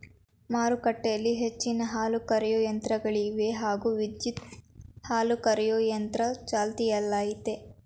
ಮಾರುಕಟ್ಟೆಲಿ ಹೆಚ್ಚಿನ ಹಾಲುಕರೆಯೋ ಯಂತ್ರಗಳಿವೆ ಹಾಗೆ ವಿದ್ಯುತ್ ಹಾಲುಕರೆಯೊ ಯಂತ್ರ ಚಾಲ್ತಿಯಲ್ಲಯ್ತೆ